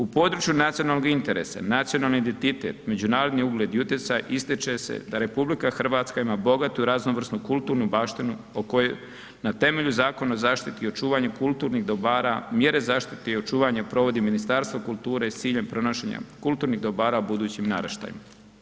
U području nacionalnog interesa, nacionalni identitet, međunarodni ugled i utjecaj ističe se da RH ima bogatu, raznovrsnu kulturnu baštinu na temelju Zakona o zaštiti i očuvanju kulturnih dobara, mjere zaštite i očuvanje provodi Ministarstvo kulture s ciljem prenošenja kulturnih dobar budućim naraštajima.